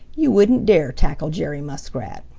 you wouldn't dare tackle jerry muskrat.